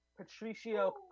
Patricio